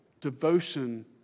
devotion